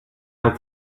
have